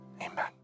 Amen